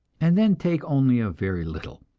and then take only a very little.